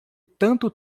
tanto